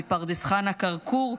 מפרדס חנה כרכור,